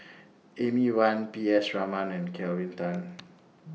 Amy Van P S Raman and Kelvin Tan